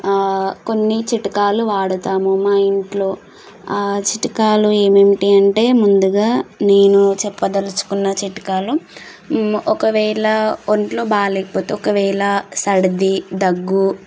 కొన్ని చిట్కాలు వాడతాము మా ఇంట్లో ఆ చిట్కాలు ఏమిటి అంటే ముందుగా నేను చెప్పదలుచుకున్న చిట్కాలు ఒకవేళ ఒంట్లో బాగా లేకపోతే ఒకవేళ సర్ది దగ్గు